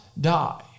die